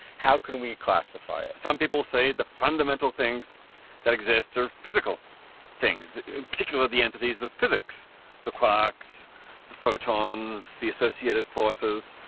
how can we classify it? some people say the fundamental things that exist are physical things, in particular, the entities of physics the clocks, the photons, the associated forces,